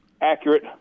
accurate